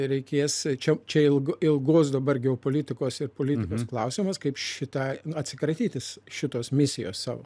ir reikės čia čia ilgu ilgos dabar geopolitikos ir politikos klausimas kaip šitą atsikratyti šitos misijos savo